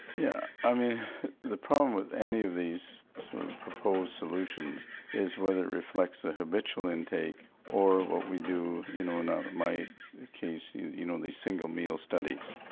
yeah i mean the problem with any of these proposed solutions is whether it reflects the habitual intake or what we do, you know in ah my case, you you know and they signal meal studies,